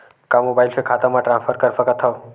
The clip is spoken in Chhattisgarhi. का मोबाइल से खाता म ट्रान्सफर कर सकथव?